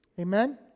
Amen